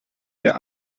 der